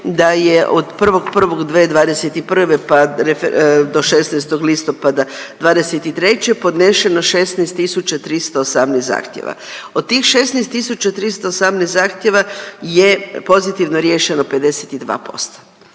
.../nerazumljivo/... do 16. listopada '23. podnešeno 16 318 zahtjeva. Od tih 16 318 zahtjeva je pozitivno riješeno 52%